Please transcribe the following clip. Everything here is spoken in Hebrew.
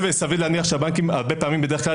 וסביר להניח שהבנקים הרבה פעמים בדרך כלל